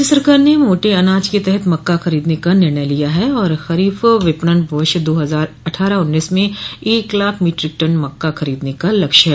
राज्य सरकार ने मोटे अनाज के तहत मक्का खरीदने का निर्णय लिया है और खरीफ विपणन वर्ष दो हजार अट़ठारह उन्नीस म एक लाख मीट्रिक टन मक्का खरीदने का लक्ष्य है